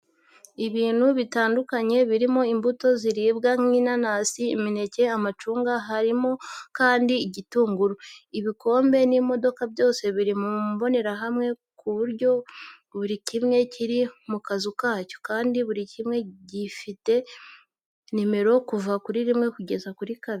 Ibintu bitandukanye birimo imbuto ziribwa nk'inanasi, imineke, amacunga, harimo kandi igitunguru, ibikombe n'imodoka, byose biri mu mbonerahamwe ku buryo buri kimwe kiri mu kazu kacyo kandi buri kimwe kigiye gifite nimero kuva kuri rimwe kugeza kuri kabiri.